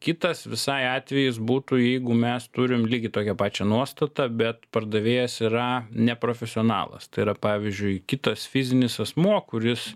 kitas visai atvejis būtų jeigu mes turim lygiai tokią pačią nuostatą bet pardavėjas yra neprofesionalas tai yra pavyzdžiui kitas fizinis asmuo kuris